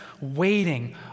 waiting